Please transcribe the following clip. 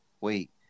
Wait